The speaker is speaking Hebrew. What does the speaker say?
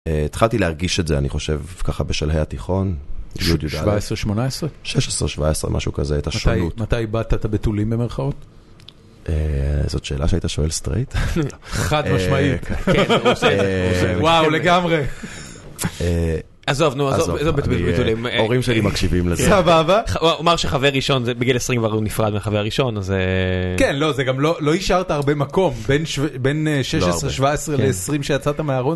התחלתי להרגיש את זה, אני חושב, ככה בשלהי התיכון. י'-י"א. 17-18? 16-17, משהו כזה, את השונות. מתי איבדת את הבתולים במרכאות? זאת שאלה שהיית שואל סטרייט? חד משמעית. וואו, לגמרי. עזוב, נו, עזוב, איזה בתולים. הורים שלי מקשיבים לזה. סבבה וואו וואו. אומר שחבר ראשון, בגיל 20 הוא נפרד מהחבר הראשון, אז... כן, לא, זה גם לא השארת הרבה מקום בין 16-17 ל-20 שיצאת מהארון.